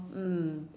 mm